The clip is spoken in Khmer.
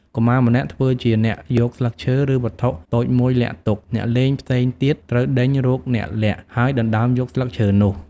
កុមារម្នាក់ធ្វើជាអ្នកយកស្លឹកឈើ ឬវត្ថុតូចមួយលាក់ទុក អ្នកលេងផ្សេងទៀតត្រូវដេញរកអ្នកលាក់ ហើយដណ្តើមយកស្លឹកឈើនោះ ។